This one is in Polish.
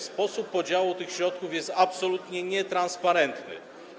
Sposób podziału tych środków jest absolutnie nietransparentny.